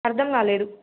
అర్థం కాలేదు